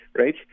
right